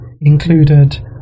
included